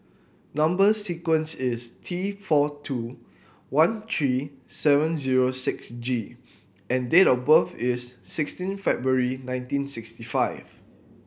number sequence is T four two one three seven zero six G and date of birth is sixteen February nineteen sixty five